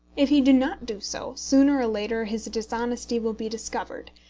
if he do not do so, sooner or later his dishonesty will be discovered,